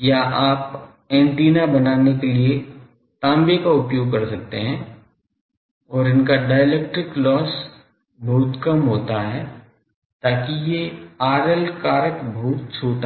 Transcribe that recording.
या आप एंटीना बनाने के लिए तांबे का उपयोग कर सकते हैं और इनका डाइइलेक्ट्रिक लॉस बहुत कम होता है ताकि ये RL कारक बहुत छोटा हो